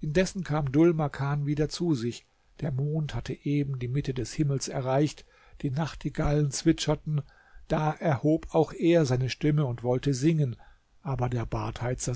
indessen kam dhul makan wieder zu sich der mond hatte eben die mitte des himmels erreicht die nachtigallen zwitscherten da erhob auch er seine stimme und wollte singen aber der badheizer